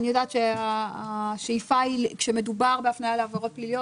אני יודעת שהשאיפה היא שכשמדובר בהפניה לעבירות פליליות